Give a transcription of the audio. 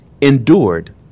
endured